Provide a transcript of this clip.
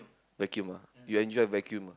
vacuum ah you enjoy vacuum ah